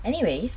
anyways